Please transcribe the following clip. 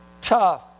Tough